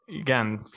again